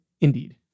Indeed